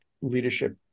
leadership